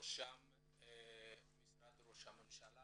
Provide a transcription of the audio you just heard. בראשם משרד ראש הממשלה